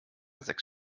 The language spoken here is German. sechs